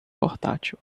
portátil